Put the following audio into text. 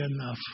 enough